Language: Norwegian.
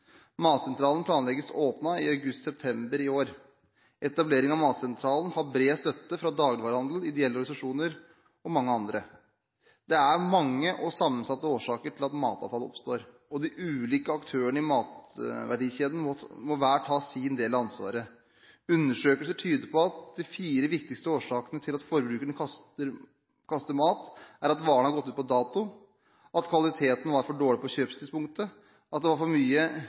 Matsentralen planlegges åpnet i august–september i år. Etablering av matsentralen har bred støtte fra dagligvarehandel, ideelle organisasjoner og mange andre. Det er mange og sammensatte årsaker til at matavfall oppstår, og de ulike aktørene i matverdikjeden må hver ta sin del av ansvaret. Undersøkelser tyder på at de fire viktigste årsakene til at forbrukere kaster mat, er at varen har gått ut på dato, at kvaliteten var for dårlig på kjøpstidspunktet, at det var for mye